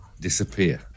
disappear